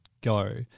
go